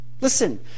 Listen